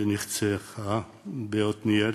שנרצחה בעתניאל,